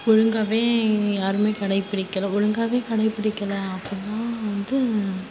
ஒழுங்காகவே யாருமே கடைபிடிக்கலை ஒழுங்காகவே கடைபிடிக்கலை அப்பட்னா வந்து